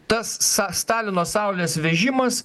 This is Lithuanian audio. tas sa stalino saulės vežimas